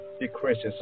decreases